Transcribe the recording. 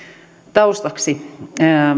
taustaksi